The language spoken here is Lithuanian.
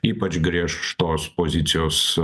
ypač griežtos pozicijos